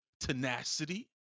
tenacity